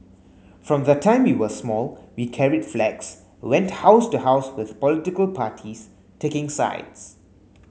from the time we were small we carried flags went house to house with political parties taking sides